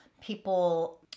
people